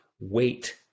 wait